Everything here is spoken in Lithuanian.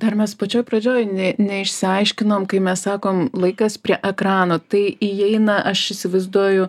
dar mes pačioj pradžioj ne neišsiaiškinom kaip mes sakom laikas prie ekrano tai įeina aš įsivaizduoju